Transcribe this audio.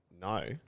no